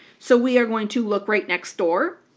so we are going to look right next door.